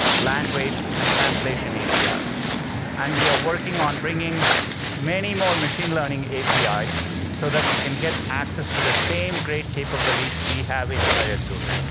language, and translation apis. and we are working on bringing many more machine learning apis so that you can get access to the same great capabilities we have inside inside at google.